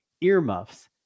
Earmuffs